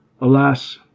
Alas